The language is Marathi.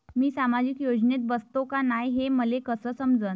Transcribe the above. मी सामाजिक योजनेत बसतो का नाय, हे मले कस समजन?